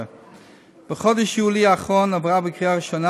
התשע"ו 2016. בחודש יולי האחרון עברה בקריאה ראשונה